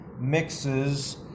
mixes